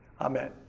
Amen